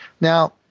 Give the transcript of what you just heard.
Now